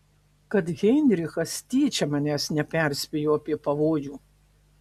kad heinrichas tyčia manęs neperspėjo apie pavojų